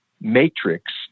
matrix